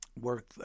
work